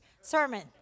sermon